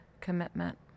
commitment